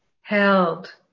held